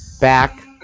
back